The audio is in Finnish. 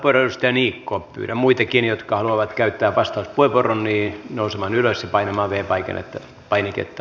pyydän muitakin jotka haluavat käyttää vastauspuheenvuoron nousemaan ylös ja painamaan v painiketta